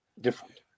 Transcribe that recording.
different